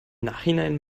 nachhinein